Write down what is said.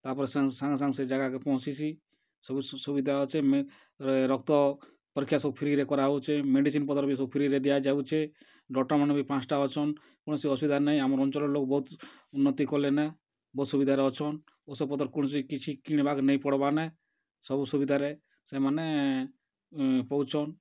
ତା'ପରେ ସାଙ୍ଗେ ସାଙ୍ଗ୍ ସେଇ ଜାଗାକେ ପହଁଞ୍ଚିସି ସବୁ ସୁବିଧା ଅଛେ ମେନ୍ ରକ୍ତ ପରୀକ୍ଷା ସବୁ ଫ୍ରି'ରେ କରା ହେଉଛେ ମେଡିସିନ୍ ପତର୍ ବି ସବୁ ଫ୍ରି'ରେ ଦିଆ ଯାଉଛେ ଡ଼କ୍ଟର୍ମାନେ ବି ପାଞ୍ଚ୍ ଟା ଅଛନ୍ କୌଣସି ଅସୁବିଧା ନାହିଁ ଆମର୍ ଅଞ୍ଚଲ୍ ର ଲୋକ୍ ବହୁତ୍ ଉନ୍ନତି କଲେ ନେ ବହୁତ୍ ସୁବିଧାରେ ଅଛନ୍ ଉଷୋପତର୍ କୌଣସି କିଛି କିଣିବାର୍କେ ନାଇଁ ପଡ଼ବାର୍ ନେ ସବୁ ସୁବିଧାରେ ସେମାନେ ପାଉଛନ୍